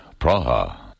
Praha